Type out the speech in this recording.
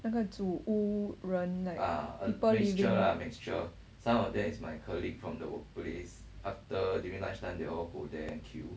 那个租屋人 like people living